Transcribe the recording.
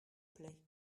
plait